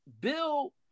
Bill